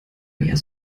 mehr